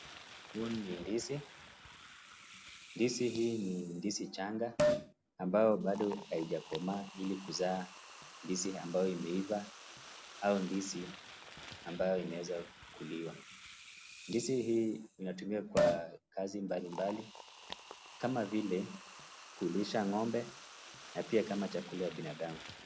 Huu ni ndizi. Ndizi hii ni ndizi changa ambayo bado haijakomaa ili kuzaa ndizi ambayo imeiva au ndizi ambayo inaeza kuliwa. Ndizi hii inatumiwa kwa kazi mbalimbali kama vile kulisha ng'ombe na pia kama chakula ya binadamu.